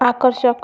आकर्षक